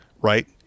right